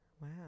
wow